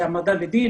להעמדה לדין,